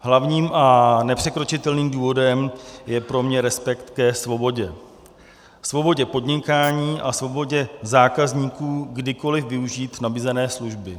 Hlavním a nepřekročitelným důvodem je pro mě respekt ke svobodě ke svobodě podnikání a svobodě zákazníků kdykoliv využít nabízené služby.